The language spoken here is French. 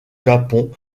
japon